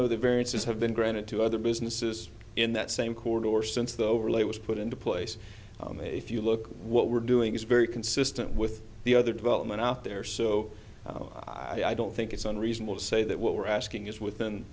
know the variances have been granted to other businesses in that same court or since the overlay was put into place if you look at what we're doing is very consistent with the other development out there so i don't think it's unreasonable to say that what we're asking is within